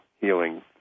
healing